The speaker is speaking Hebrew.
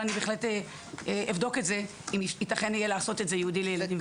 אבל אני בהחלט אבדוק אם יהיה אפשר לעשות את זה ייעודי לילדים ונוער.